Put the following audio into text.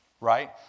right